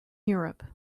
europe